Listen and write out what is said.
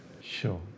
Sure